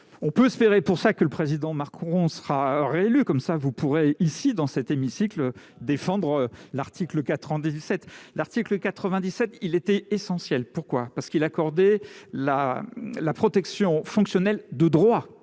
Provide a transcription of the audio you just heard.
on peut se faire et pour ça, que le président Marc on sera réélu comme ça vous pourrez ici dans cet hémicycle, défendre l'article 4 ans 17 l'article 97, il était essentiel pourquoi parce qu'il a accordé la la protection fonctionnelle de droit,